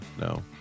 No